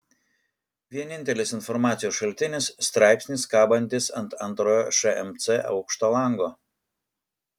vienintelis informacijos šaltinis straipsnis kabantis ant antrojo šmc aukšto lango